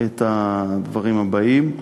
את הדברים הבאים: